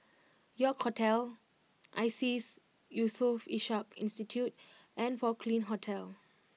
York Hotel Iseas Yusof Ishak Institute and Porcelain Hotel